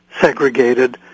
segregated